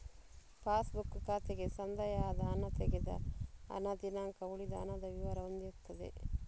pass book ಖಾತೆಗೆ ಸಂದಾಯ ಆದ ಹಣ, ತೆಗೆದ ಹಣ, ದಿನಾಂಕ, ಉಳಿದ ಹಣದ ವಿವರ ಹೊಂದಿರ್ತದೆ